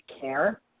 care